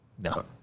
No